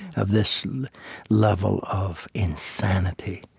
of this level of insanity.